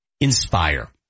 Inspire